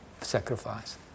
sacrifice